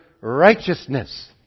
righteousness